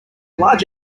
large